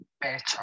better